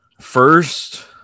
first